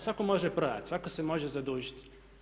Svatko može prodati, svatko se može zadužiti.